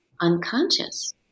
unconscious